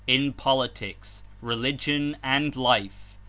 in politics, religion and life,